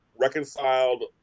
reconciled